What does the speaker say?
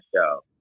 show